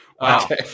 Okay